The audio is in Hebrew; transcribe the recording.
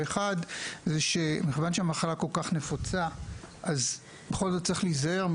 האחד זה שמכיוון שהמחלה כל כך נפוצה אז בכל זאת צריך להיזהר,